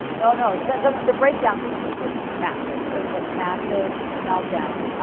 no, no. the, the breakdown was was massive. it was a massive meltdown.